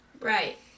Right